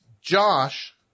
Josh